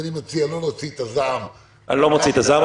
אני מציע לא להוציא את הזעם --- אני לא מוציא את הזעם.